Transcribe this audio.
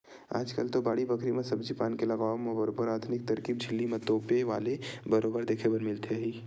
आजकल तो बाड़ी बखरी म सब्जी पान के लगावब म बरोबर आधुनिक तरकीब झिल्ली म तोपे वाले बरोबर देखे बर मिलथे ही